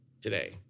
today